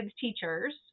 teachers